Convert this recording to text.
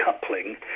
coupling